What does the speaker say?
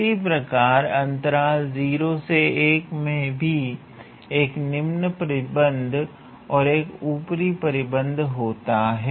इसी प्रकार अंतराल 01 में भी एक निम्न परिबद्ध और एक ऊपरी परिबद्ध होता है